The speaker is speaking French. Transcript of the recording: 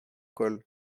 cols